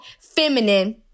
feminine